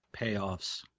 Payoffs